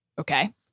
Okay